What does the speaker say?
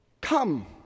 Come